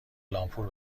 لامپور